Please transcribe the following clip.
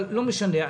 אבל זה לא משנה.